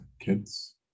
kids